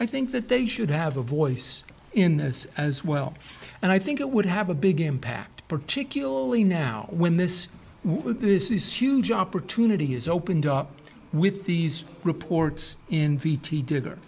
i think that they should have a voice in this as well and i think it would have a big impact particularly now when this this is huge opportunity has opened up with these reports in v t